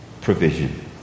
provision